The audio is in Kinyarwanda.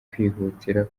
kwihutira